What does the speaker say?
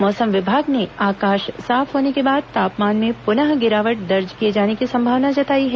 मौसम विभाग ने आकाश साफ होने के बाद तापमान में पुनः गिरावट दर्ज किए जाने की संभावना जताई है